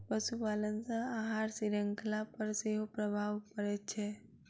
पशुपालन सॅ आहार शृंखला पर सेहो प्रभाव पड़ैत छै